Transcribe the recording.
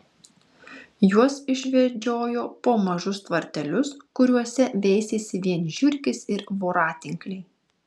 juos išvedžiojo po mažus tvartelius kuriuose veisėsi vien žiurkės ir voratinkliai